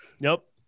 nope